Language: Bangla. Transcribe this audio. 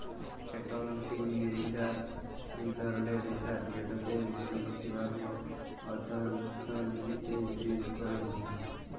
একাউলটিং রিসার্চ ইক ধরলের রিসার্চ যেটতে মালুস কিভাবে অথ্থলিতিতে ডিল ক্যরে বুঝা